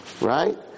Right